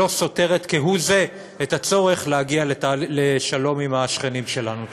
שלא סותרת כהוא זה את הצורך להגיע לשלום עם השכנים שלנו.